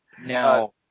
Now